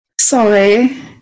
Sorry